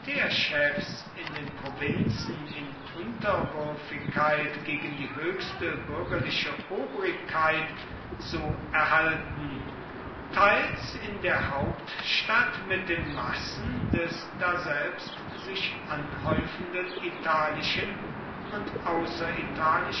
militärchefs in den provinzen in unterwürfigkeit gegen die höchste bürgerliche obrigkeit zu erhalten teils in der hauptstadt mit den massen des daselbst sich anhäufenden italischen und